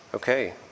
Okay